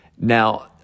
Now